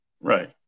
Right